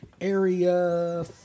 Area